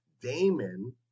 Damon